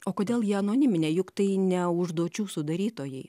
o kodėl ji anoniminė juk tai ne užduočių sudarytojai